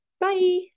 Bye